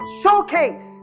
showcase